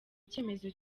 icyemezo